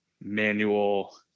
manual